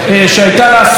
כזאת או אחרת,